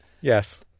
yes